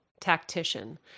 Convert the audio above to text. tactician